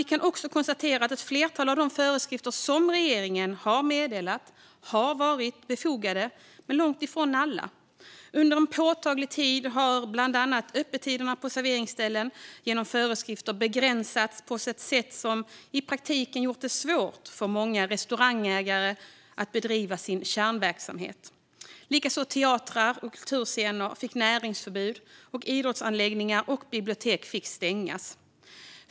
Vi kan också konstatera att ett flertal av de föreskrifter som regeringen har meddelat har varit befogade, men långt ifrån alla. Under en påtaglig tid har bland annat öppettiderna på serveringsställen genom föreskrifter begränsats på ett sätt som i praktiken gjort det svårt för många restaurangägare att bedriva sin kärnverksamhet. Likaså fick teatrar och kulturscener näringsförbud, och idrottsanläggningar och bibliotek fick stängas.